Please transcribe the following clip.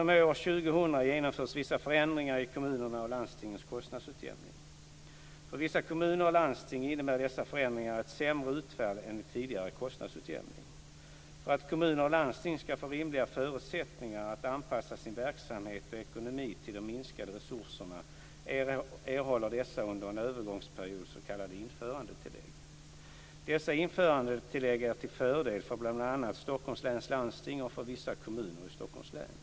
För vissa kommuner och landsting innebär dessa förändringar ett sämre utfall än i tidigare kostnadsutjämning. För att kommunerna och landstingen ska få rimliga förutsättningar att anpassa sin verksamhet och ekonomi till de minskade resurserna erhåller dessa under en övergångsperiod s.k. införandetillägg. Dessa införandetillägg är till fördel för bl.a. Stockholms läns landsting och för vissa kommuner i Stockholms län.